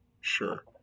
sure